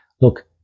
Look